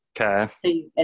Okay